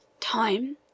Time